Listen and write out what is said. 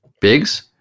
Biggs